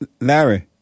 Larry